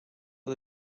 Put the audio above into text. for